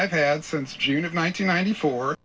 i've had since june of ninety ninety four